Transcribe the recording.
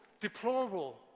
deplorable